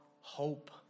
hope